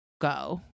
go